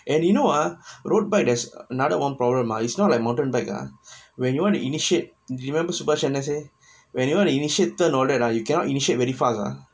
and you know ah road bike there's another one problem ah is not like modern bike ah when you want to initiate remember subaash அண்ணா:annaa said when you want to initiate turn all that lah you cannot initiate very fast ah